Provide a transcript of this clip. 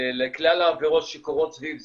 לכלל העבירות שקורות סביב זה,